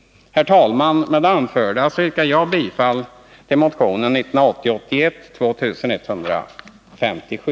Herr talman! Med det anförda yrkar jag bifall till motion 1980/81:2157.